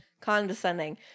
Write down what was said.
condescending